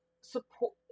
support